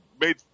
made